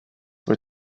were